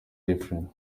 different